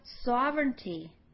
sovereignty